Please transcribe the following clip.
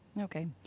Okay